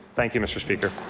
thank you, mr. speaker.